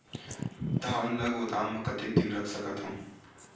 धान ल गोदाम म कतेक दिन रख सकथव?